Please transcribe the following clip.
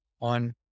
on